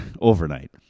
overnight